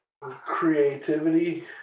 creativity